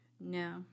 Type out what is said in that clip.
No